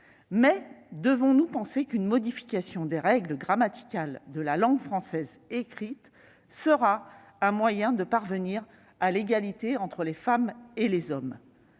Mais devons-nous penser qu'une modification des règles grammaticales de la langue française écrite sera un moyen de parvenir à une égalité entre les femmes et les hommes ?